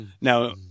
Now